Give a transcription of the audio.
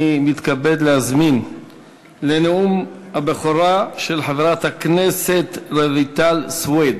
אני מתכבד להזמין לנאום הבכורה את חברת הכנסת רויטל סויד.